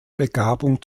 begabung